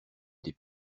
des